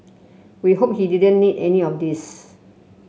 we hope he didn't need any of these